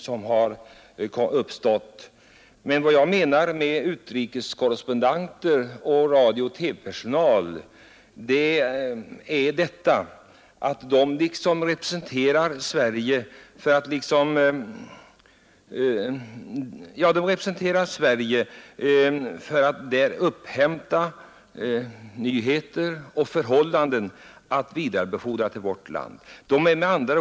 Jag menar bara att utrikeskorrespondenter samt radiooch TV-personal ju på sätt och vis representerar Sverige, när de befinner sig i främmande land för att där inhämta nyheter och beskriva förhållanden och därefter vidarebefordra sina iakttagelser till hemlandet.